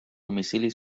domicili